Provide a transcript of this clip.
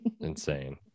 insane